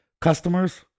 customers